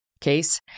case